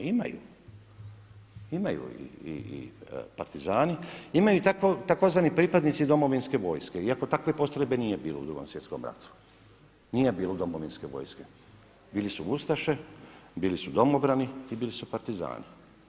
Imaju, imaju i partizani, imaju i tzv. pripadnici domovinske vojske iako takve postrojbe nije bilo u Drugom svjetskom ratu, nije bilo domovinske vojske, bili su ustaše, bili su domobrani i bili su partizani.